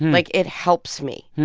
like, it helps me.